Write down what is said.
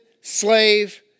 slave